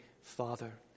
Father